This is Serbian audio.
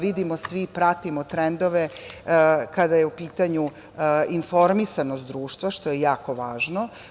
Vidimo svi, pratimo trendove kada je u pitanju informisanost društva što je jako važno.